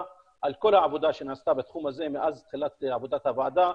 על כל העבודה שנעשתה בתחום הזה מאז תחילת עבודת הוועדה,